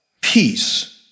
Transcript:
peace